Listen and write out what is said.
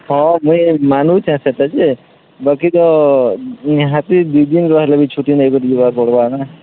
ହଁ ମୁଇଁ ମାନୁଛେଁ ସେଟା ଯେ ବାକି ତ ନିହାତି ଦୁଇ ଦିନ୍ ରହେଲେ ବି ଛୁଟି ନେଇକରି ଯିବାକେ ପଡ଼୍ବା ନା